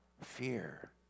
fear